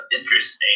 interesting